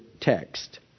text